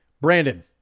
Brandon